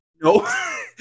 No